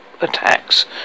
attacks